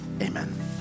Amen